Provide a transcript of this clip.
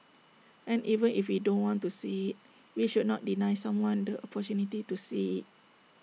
and even if we don't want to see we should not deny someone the opportunity to see